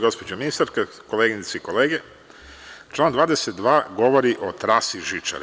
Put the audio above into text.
Gospođo ministarka, koleginice i kolege, član 22. govori o trasi žičare.